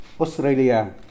Australia